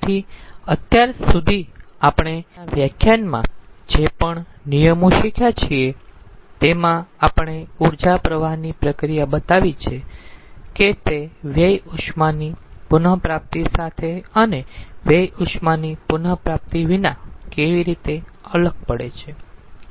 તેથી અત્યાર સુધી આપણે હાલના વ્યાખ્યાનમાં જે પણ નિયમો શીખ્યા છે તેમાં આપણે ઊર્જા પ્રવાહની પ્રક્રિયા બતાવી છે કે તે વ્યય ઉષ્માની પુન પ્રાપ્તિ સાથે અને વ્યય ઉષ્માની પુન પ્રાપ્તિ વિના કેવી રીતે અલગ પડે છે